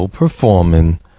Performing